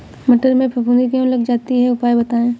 मटर में फफूंदी क्यो लग जाती है उपाय बताएं?